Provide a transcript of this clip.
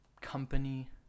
company